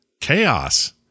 chaos